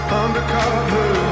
undercover